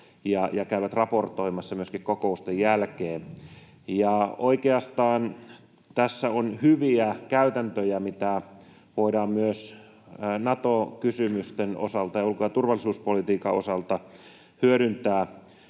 ja käyvät raportoimassa myöskin kokousten jälkeen. Oikeastaan tässä on hyviä käytäntöjä, mitä voidaan myös Nato-kysymysten osalta ja ulko- ja turvallisuuspolitiikan osalta hyödyntää,